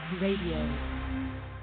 Radio